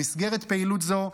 במסגרת פעילות זו,